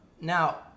Now